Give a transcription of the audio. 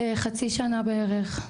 ט': חצי שנה בערך.